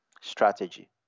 strategy